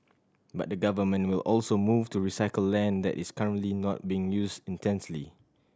but the Government will also move to recycle land that is currently not being used intensely